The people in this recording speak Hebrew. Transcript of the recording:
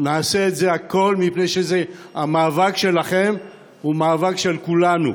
נעשה הכול, מפני שהמאבק שלכם הוא מאבק של כולנו,